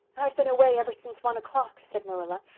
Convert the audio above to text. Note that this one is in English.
i've been away ever since one o'clock, said marilla.